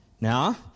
Now